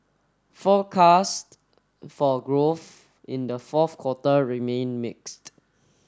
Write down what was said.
forecasts for growth in the fourth quarter remain mixed